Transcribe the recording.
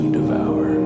devour